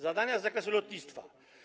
Zadania z zakresu lotnictwa.